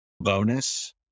Bonus